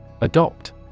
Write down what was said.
Adopt